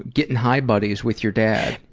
getting high buddies with your dad?